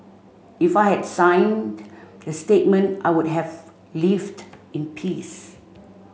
if I had signed the statement I would have lived in peace